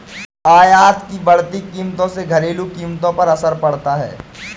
आयात की बढ़ती कीमतों से घरेलू कीमतों पर असर पड़ता है